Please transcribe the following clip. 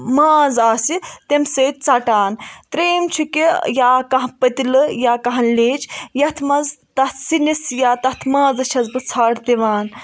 ماز آسہِ تمہِ سۭتۍ ژَٹان ترٛیٚیِم چھُ کہِ یا کانہہ پٔتِلہٕ یا کانہہ لٮ۪ج یَتھ منٛز تَتھ سِنس یا تَتھ مازس چھس بہٕ ژَھٹھ دِوان